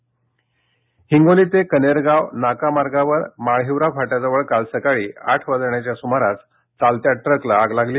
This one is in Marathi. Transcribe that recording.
आग हिंगोली ते कनेरगाव नाका मार्गावर माळहिवरा फाट्याजवळ काल सकाळी आठ वाजण्याच्या सुमारास चालत्या ट्रकला आग लागली